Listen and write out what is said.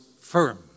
firm